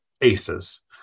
ACEs